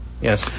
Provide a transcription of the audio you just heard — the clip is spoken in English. yes